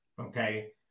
Okay